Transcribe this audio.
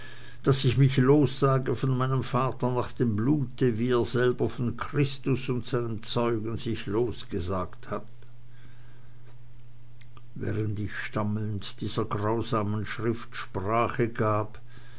daß ich mich lossage von meinem vater nach dem blute wie er selber von christus und seinem zeugen sich losgesagt hat während ich stammelnd dieser grausamen schrift sprache gab